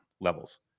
levels